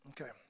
Okay